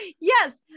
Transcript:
Yes